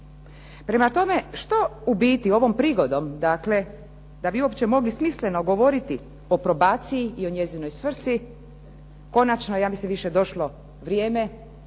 Prema tome, što u biti ovom prigodom da bi uopće mogli smisleno govoriti o probaciji i o njezinoj svrsi, konačno ja mislim došlo vrijeme